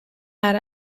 had